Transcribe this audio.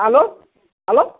hello hello